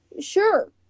sure